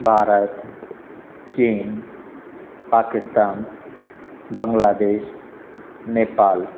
भारत चीन पाकिस्तान बंगलादेश नेपाल